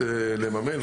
לממן,